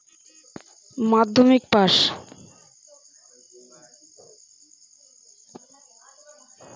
আবেদন করার যোগ্যতা কি?